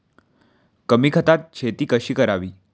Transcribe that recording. कमी खतात शेती कशी करावी?